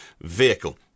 vehicle